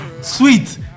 Sweet